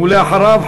ואחריו,